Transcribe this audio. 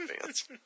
fans